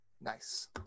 Nice